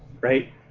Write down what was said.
Right